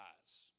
eyes